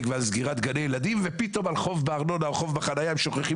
ועל סגירת גני ילדים ופתאום על חוב בארנונה או חוב בחניה היא שוכחת